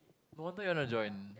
no wonder you want to join